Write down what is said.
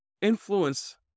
influence